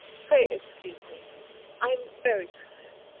pray excuse me i'm very tired.